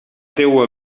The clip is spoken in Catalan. teua